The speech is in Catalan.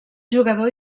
jugador